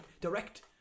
Direct